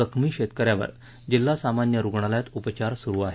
जखमी शेतकऱ्यावर जिल्हा सामान्य रुग्णालयात उपचार सुरु आहेत